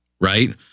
right